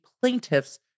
plaintiff's